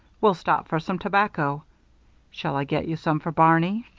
we'll stop for some tobacco shall i get you some for barney?